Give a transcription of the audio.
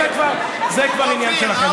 זה כבר עניין שלכם.